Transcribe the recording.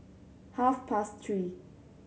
half past three